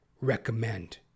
recommend